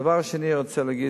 הדבר השני שאני רוצה להגיד,